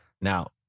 Now